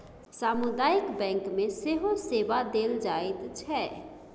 सामुदायिक बैंक मे सेहो सेवा देल जाइत छै